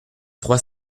trois